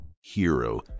Hero